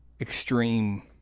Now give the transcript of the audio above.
extreme